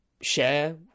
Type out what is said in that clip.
share